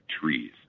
trees